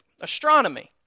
Astronomy